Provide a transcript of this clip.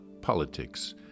politics